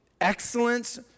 excellence